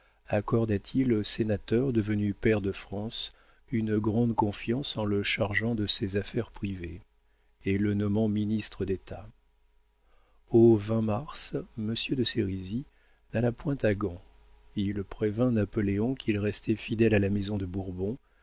accorda t il au sénateur devenu pair de france une grande confiance en le chargeant de ses affaires privées et le nommant ministre d'état au mars monsieur de sérisy n'alla point à gand il prévint napoléon qu'il restait fidèle à la maison de bourbon